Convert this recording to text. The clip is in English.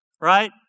Right